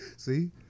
See